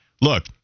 Look